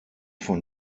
von